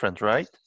right